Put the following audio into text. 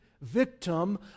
victim